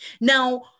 Now